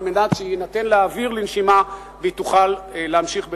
על מנת שיינתן לה אוויר לנשימה והיא תוכל להמשיך בדרכה.